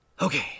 Okay